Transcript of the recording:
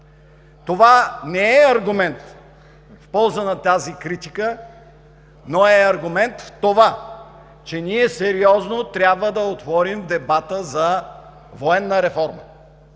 Това не е аргумент в полза на тази критика, но е аргумент в това, че ние сериозно трябва да отворим дебата за военна реформа,